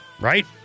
right